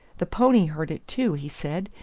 the pony heard it, too, he said.